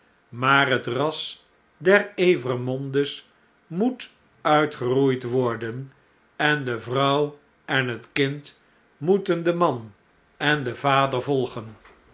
maar het ras der evremonde's moet uitgeroeid worden en de vrouw en het kind moeten den man en den vader volgen